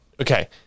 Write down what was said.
Okay